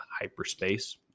hyperspace